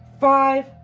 five